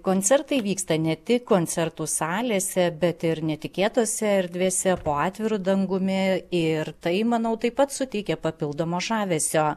koncertai vyksta ne tik koncertų salėse bet ir netikėtose erdvėse po atviru dangumi ir tai manau taip pat suteikia papildomo žavesio